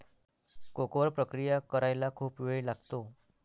cocoa वर प्रक्रिया करायला खूप वेळ लागतो